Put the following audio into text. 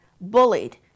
bullied